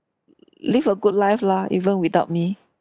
live a good life lah even without me